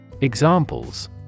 Examples